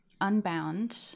unbound